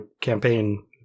campaign